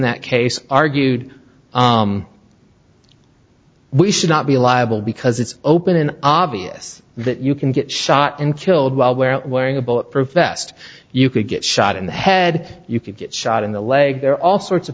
that case argued we should not be liable because it's open an obvious that you can get shot and killed while we're out wearing a bulletproof vest you could get shot in the head you could get shot in the leg there are all sorts of